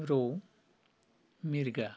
रौ मिरगा